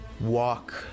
walk